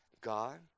God